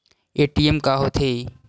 ATM का होथे?